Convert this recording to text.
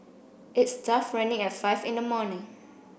it's tough running at five in the morning